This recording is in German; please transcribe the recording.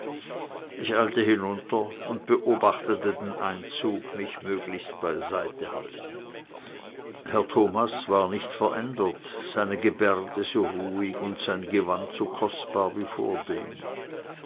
ich eilte hinunter und beobachtete den einzug mich möglichst beiseite haltend herr thomas war nicht verändert seine gebärde so ruhig und sein gewand so kostbar wie vordem